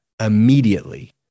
immediately